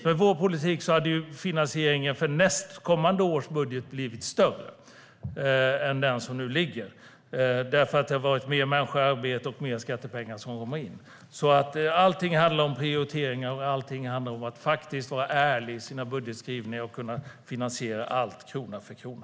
Med vår politik hade finansieringen för kommande års budget blivit större än den som nu ligger, för då hade det varit mer människor i arbete och mer skattepengar. Allting handlar om prioriteringar, och allting handlar om att faktiskt vara ärlig i sina budgetskrivningar och kunna finansiera allt krona för krona.